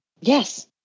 Yes